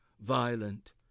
violent